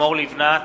לימור לבנת,